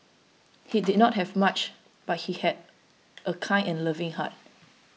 he did not have much but he had a kind and loving heart